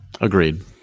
Agreed